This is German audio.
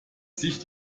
sich